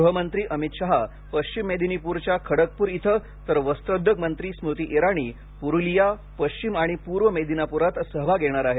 गृहमंत्री अमित शहा पश्चिम मेदिनीपूरच्या खडगपूर इथं तर वस्त्रोद्योग मंत्री स्मृती इराणी पुरुलिया पश्चिम आणि पूर्व मेदिनीपुरात सभा घेणार आहेत